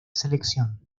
selección